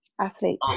athlete